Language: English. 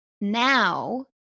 Now